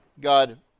God